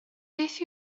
beth